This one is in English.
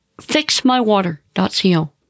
FixMyWater.co